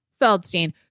Feldstein